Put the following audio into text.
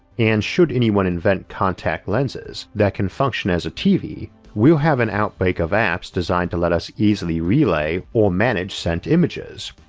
and should anyone invent contact lenses that can function as a tv we'll have an outbreak of apps designed to let us easily relay or manage sent images.